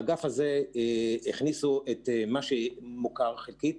באגף הזה הכניסו את מה שמוכר חלקית,